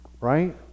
right